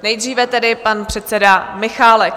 Nejdříve tedy pan předseda Michálek.